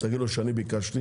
להגיד לו שאני ביקשתי.